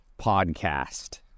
podcast